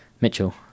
Mitchell